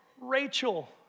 Rachel